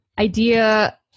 idea